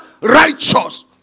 righteous